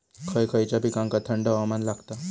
खय खयच्या पिकांका थंड हवामान लागतं?